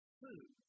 food